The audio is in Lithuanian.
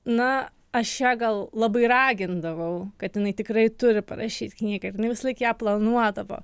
na aš ją gal labai ragindavau kad jinai tikrai turi parašyt knygą ir jinai visąlaik ją planuodavo